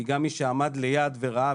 כי גם מי שעמד ליד וראה,